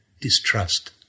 distrust